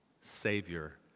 savior